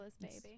baby